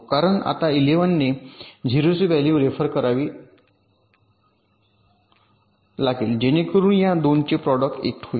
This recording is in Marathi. कारण आता इलेव्हनने 0 ची व्हॅल्यू रेफर करावी लागेल जेणेकरून या 2 चे प्रॉडक्ट 1 होईल